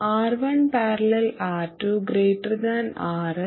R1 || R2 Rs